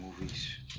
movies